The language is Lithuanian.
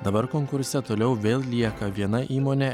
dabar konkurse toliau vėl lieka viena įmonė